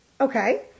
Okay